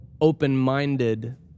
open-minded